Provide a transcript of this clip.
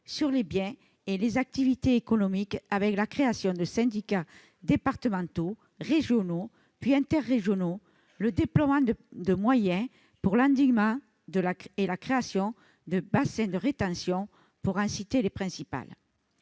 les biens et les activités économiques, avec la création de syndicats départementaux, régionaux, puis interrégionaux, le déploiement de moyens pour l'endiguement et la création de bassins de rétention, pour en citer les principales.